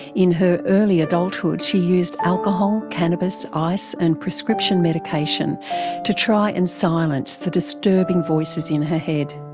in her early adulthood she used alcohol, cannabis, ice and prescription medication to try and silence the disturbing voices in her head.